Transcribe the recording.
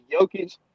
Jokic